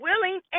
willing